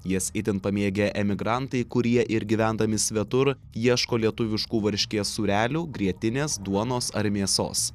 jas itin pamėgę emigrantai kurie ir gyvendami svetur ieško lietuviškų varškės sūrelių grietinės duonos ar mėsos